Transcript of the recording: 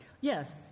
Yes